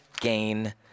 gain